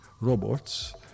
robots